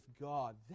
God